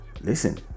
Listen